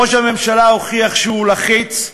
ראש הממשלה הוכיח שהוא לחיץ,